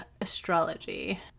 astrology